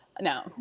No